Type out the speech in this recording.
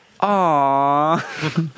Aw